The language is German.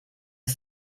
ist